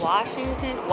Washington